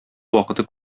вакыты